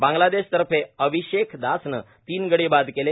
बांग्लादेश तर्फे अविशेख दासनं तीन गडी बाद केले